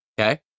Okay